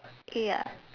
ya